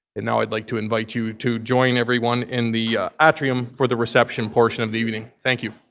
and now i'd like to invite you to join everyone in the atrium for the reception portion of the evening. thank you.